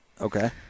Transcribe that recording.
Okay